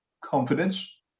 confidence